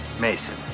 Mason